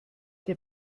der